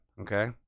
okay